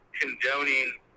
condoning